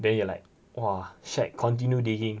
then you are like !wah! shag continue digging